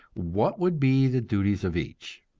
what would be the duties of each?